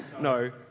No